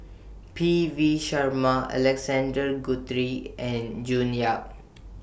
P V Sharma Alexander Guthrie and June Yap